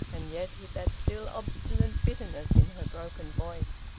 and yet with that still obstinate bitterness in her broken voice.